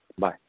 Bye